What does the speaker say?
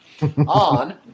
on